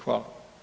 Hvala.